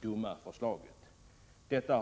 dumma förslaget.